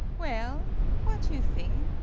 well what you thing?